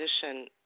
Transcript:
position